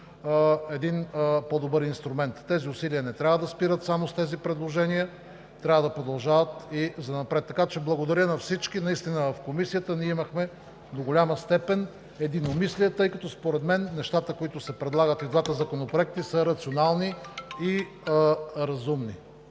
един по-добър инструмент. Тези усилия не трябва да спират само с тези предложения, трябва да продължават и занапред. Благодаря на всички. Наистина в Комисията имахме в голяма степен единомислие, тъй като според мен нещата, които се предлагат – и двата законопроекта са рационални и разумни.